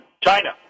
China